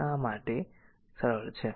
તેથી આ માટે સરળ છે